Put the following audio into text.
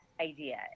idea